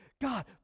God